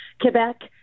Quebec